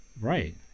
Right